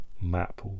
map